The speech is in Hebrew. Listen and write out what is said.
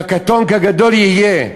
כקטון כגדול יהיה.